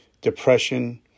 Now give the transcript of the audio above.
depression